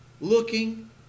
Looking